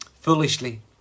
Foolishly